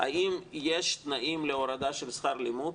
האם יש תנאים להורדה של שכר לימוד?